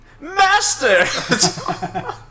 Master